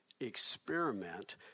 experiment